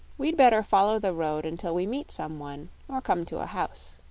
we'd better follow the road until we meet some one or come to a house.